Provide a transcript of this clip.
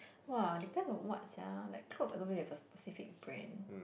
!wah! depends on what sia like clothes I don't really have a specific brand